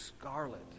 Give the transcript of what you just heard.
scarlet